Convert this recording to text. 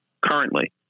currently